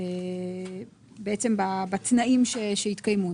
זה עכשיו בתנאים שהתקיימו.